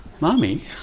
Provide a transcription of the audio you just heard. Mommy